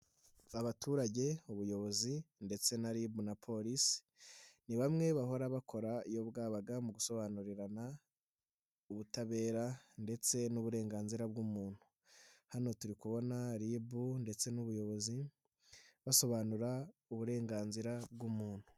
Abaturage, ubuyobozi ndetse na RIB na Polisi, ni bamwe bahora bakora iyo bwabaga mu gusobanurirana ubutabera ndetse n'uburenganzira bw'umuntu, hano turi kubona RIB ndetse n'ubuyobozi basobanura uburenganzira bw'umuntu.